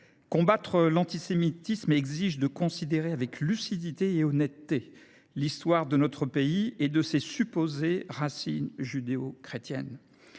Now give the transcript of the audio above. Combattre l’antisémitisme exige de considérer avec lucidité et honnêteté l’histoire de notre pays et de ses supposées racines judéo chrétiennes.